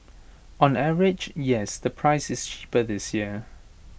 on average yes the price is cheaper this year